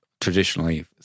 traditionally